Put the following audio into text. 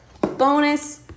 Bonus